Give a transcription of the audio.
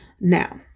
Now